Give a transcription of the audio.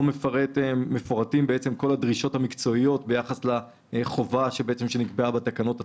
מפורטות כל הדרישות המקצועיות ביחס לחובה שנקבעה בתקנות עצמן.